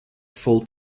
full